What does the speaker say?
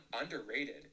underrated